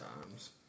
times